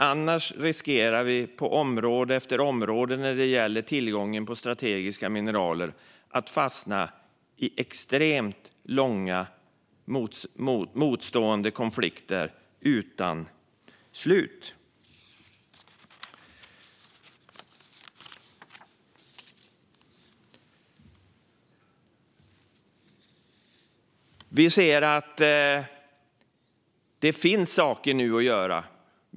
Annars riskerar vi att på område efter område när det gäller tillgången till strategiska mineral fastna i extremt långa konflikter mellan motstående intressen, ibland utan slut. Vi ser att det nu finns saker att göra.